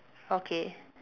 okay